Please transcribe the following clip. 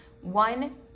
one